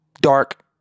dark